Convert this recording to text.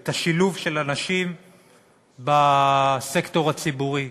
את השילוב של אנשים עם מוגבלות בסקטור הציבורי,